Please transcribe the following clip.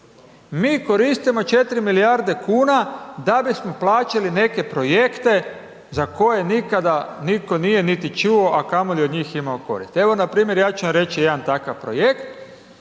mi koristimo 4 milijarde kuna da bismo plaćali neke projekte za koje nikada nitko nije niti čuo, a kamoli od njih imamo koristi. Evo npr. ja ću vam reći jedan takav projekt,